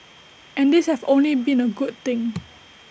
and these have only been A good thing